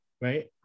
right